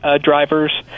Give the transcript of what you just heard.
drivers